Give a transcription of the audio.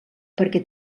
perquè